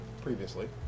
previously